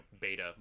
beta